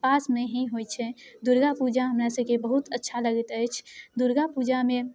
पासमे ही होइ छै दुर्गापूजा हमरासबके बहुत अच्छा लगैत अछि दुर्गापूजामे